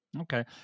okay